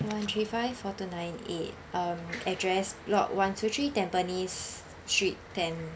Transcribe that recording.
one three five four two nine eight um address lot one two three Tampines street ten